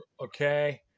Okay